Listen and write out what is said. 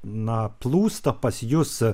na plūsta pas jus